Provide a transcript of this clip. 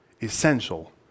essential